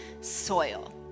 soil